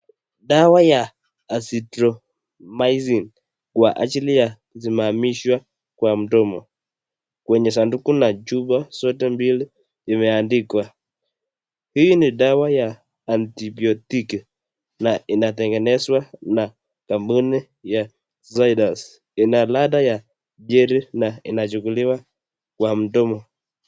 Dawa ya azithromycin kwa ajili ya zimamishwe kwa mdomo, kwenye sanduku la chupa zote mbili imeandikwa. Hii ni dawa ya antibiotic na inatengezwa na kampuni ya zeidas ina ladha ya jeri na inachukuliwa kwa mdomo.